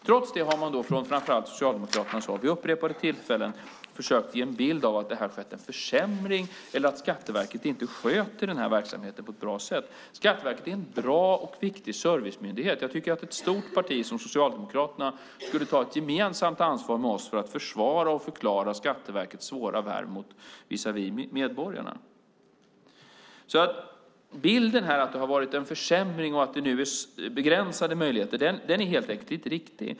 Trots detta har man från framför allt Socialdemokraternas håll vid upprepade tillfällen försökt ge en bild av att det har skett en försämring eller att Skatteverket inte sköter den här verksamheten på ett bra sätt. Skatteverket är en bra och viktig servicemyndighet. Jag tycker att ett stort parti som Socialdemokraterna skulle ta ett gemensamt ansvar med oss för att försvara och förklara Skatteverkets svåra värv visavi medborgarna. Bilden av att det har skett en försämring och att det nu är begränsade möjligheter är helt enkelt inte riktig.